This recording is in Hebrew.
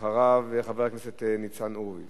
אחריו, חבר הכנסת ניצן הורוביץ.